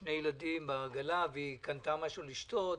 שני ילדים בעגלה וקנתה משהו לשתות,